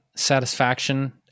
satisfaction